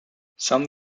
some